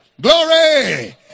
Glory